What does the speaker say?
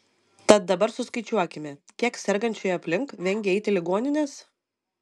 tad dabar suskaičiuokime kiek sergančiųjų aplink vengia eiti į ligonines